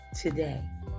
today